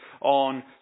on